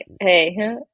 Hey